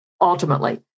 ultimately